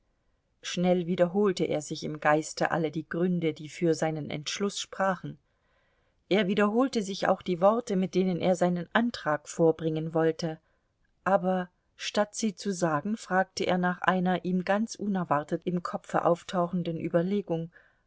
schnell wiederholte er sich im geiste alle die gründe die für seinen entschluß sprachen er wiederholte sich auch die worte mit denen er seinen antrag vorbringen wollte aber statt sie zu sagen fragte er nach einer ihm ganz unerwartet im kopfe auftauchenden überlegung